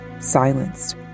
silenced